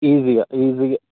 ఈజీగా ఈజీగా